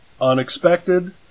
unexpected